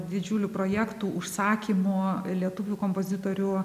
didžiulių projektų užsakymų lietuvių kompozitorių